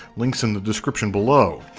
links in the description below.